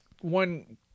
one